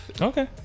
Okay